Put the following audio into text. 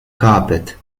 carpet